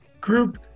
group